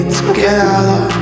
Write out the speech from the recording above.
together